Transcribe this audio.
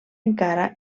encara